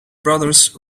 brothers